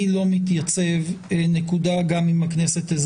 הדיון מתקיים בעקבות הצעה לדיון מהיר של חברי הכנסת אורי מקלב,